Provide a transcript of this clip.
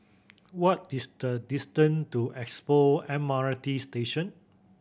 what is the distant to Expo M R T Station